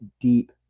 deep